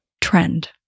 trend